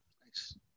nice